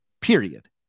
period